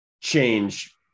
change